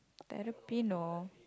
terrapin no